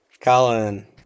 colin